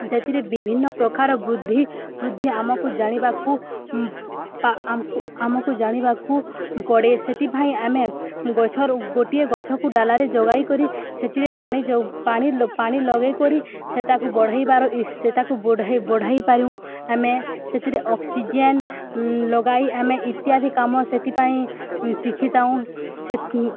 ସେଥିରେ ବିଭିନ୍ନ ପ୍ରକାର ବୃଦ୍ଧି ବୃଦ୍ଧି ଆମକୁ ଜାଣିବାକୁ ଆମକୁ ଜାଣିବାକୁ ପଡ଼େ ସେଥିପାଇଁ ଆମେ ଗଛରୁ ଗୋଟିଏ ଗଛକୁ ଡାଲାରେ ଯୋଗାଇ କରି ସେଥିରେ ପାଣି ଯଉ ପାଣି ପାଣି ଲଗେଇକରି ସେ ତାକୁ ବଢ଼େଇବାର ସେ ତାକୁ ବଢ଼େଇ ବଢ଼େଇପାରୁ ଆମେ ସେଥିରେ ଅକ୍ସିଜେନ୍ ଲଗାଇ ଆମେ ଇତ୍ୟାଦି କାମ ସେଥିପାଇଁ ଶିଖିଥାଉଁ